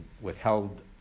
withheld